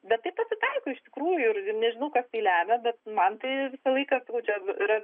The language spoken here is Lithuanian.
bet tai pasitaiko iš tikrųjų ir ir nežinau kas tai lemia bet man tai visą laiką sakau čia yra